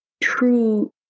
true